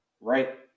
right